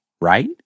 right